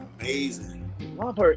amazing